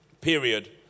period